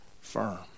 firm